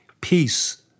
peace